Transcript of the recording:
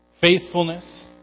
faithfulness